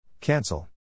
Cancel